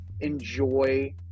enjoy